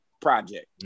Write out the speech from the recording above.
project